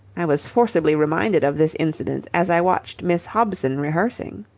i was forcibly reminded of this incident as i watched miss hobson rehearsing.